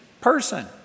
person